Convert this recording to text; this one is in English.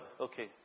Okay